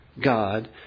God